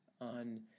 on